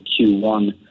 Q1